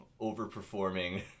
overperforming